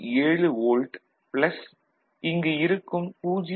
7 volt plus இங்கு இருக்கும் 0